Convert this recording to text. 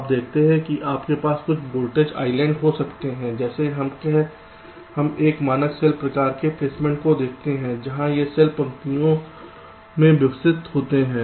आप देखते हैं कि आपके पास कुछ वोल्टेज आईलैंड हो सकते हैं जैसे हम एक मानक सेल प्रकार के प्लेसमेंट को देखते हैं जहां ये सेल पंक्तियों में व्यवस्थित होते हैं